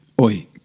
Oi